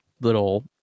little